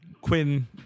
Quinn